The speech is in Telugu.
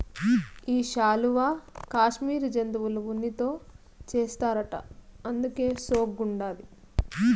ఈ శాలువా కాశ్మీరు జంతువుల ఉన్నితో చేస్తారట అందుకే సోగ్గుండాది